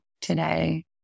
today